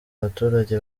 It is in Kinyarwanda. abaturage